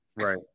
Right